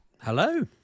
Hello